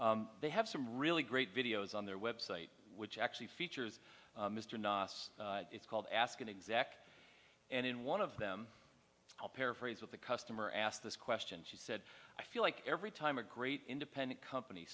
they have some really great videos on their website which actually features mr nasr it's called ask an exact and in one of them i'll paraphrase what the customer asked this question she said i feel like every time a great independent company